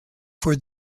for